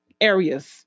areas